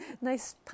Nice